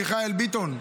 מיכאל ביטון,